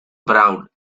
brown